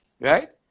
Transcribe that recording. right